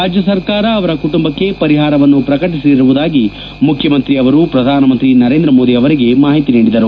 ರಾಜ್ಯ ಸರ್ಕಾರ ಅವರ ಕುಟುಂಬಕ್ಕೆ ಪರಿಹಾರವನ್ನು ಪ್ರಕಟಿಸಿರುವುದಾಗಿ ಮುಖ್ಯಮಂತ್ರಿಯವರು ಪ್ರಧಾನಮಂತ್ರಿ ನರೇಂದ್ರ ಮೋದಿ ಅವರಿಗೆ ಮಾಹಿತಿ ನೀಡಿದರು